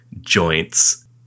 joints